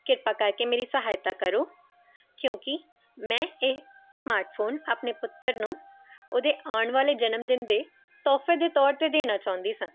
ਕਿਰਪਾ ਕਰਕੇ ਮੇਰੀ ਸਹਾਇਤਾ ਕਰੋ ਕਿਉਂਕਿ ਮੈਂ ਇਹ ਸਮਾਰਟਫੋਨ ਆਪਣੇ ਪੁੱਤਰ ਨੂੰ ਉਹਦੇ ਆਉਣ ਵਾਲੇ ਜਨਮਦਿਨ ਦੇ ਤੋਹਫੇ ਦੇ ਤੌਰ 'ਤੇ ਦੇਣਾ ਚਾਹੁੰਦੀ ਸਾਂ